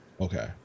Okay